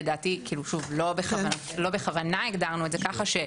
לדעתי לא בכוונה הגדרנו את זה ככה,